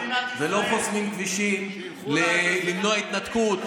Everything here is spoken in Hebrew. ולא חוסמים כבישים למנוע התנתקות.